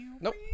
Nope